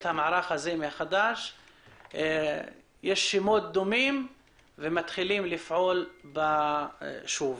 יש שמות דומים ומתחילים לפעול בזה שוב.